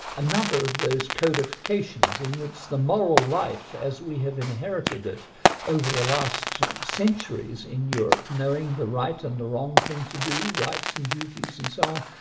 another of those codifications in which the moral life, life, as we have inherited it over the last centuries in europe, knowing the right and the wrong thing to do, rights and duties and so on,